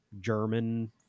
german